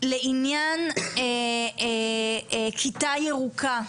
לעניין כיתה ירוקה,